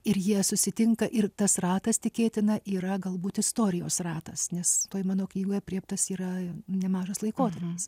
ir jie susitinka ir tas ratas tikėtina yra galbūt istorijos ratas nes toj mano knygoj aprėptas yra nemažas laikotarpis